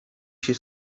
się